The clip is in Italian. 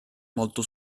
molto